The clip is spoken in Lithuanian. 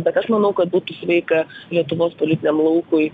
bet aš manau kad būtų sveika lietuvos politiniam laukui